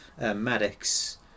Maddox